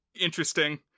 interesting